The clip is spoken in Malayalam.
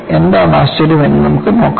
എന്താണ് ആശ്ചര്യം എന്ന് നമുക്ക് നോക്കാം